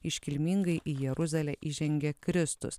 iškilmingai į jeruzalę įžengė kristus